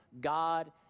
God